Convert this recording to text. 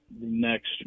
next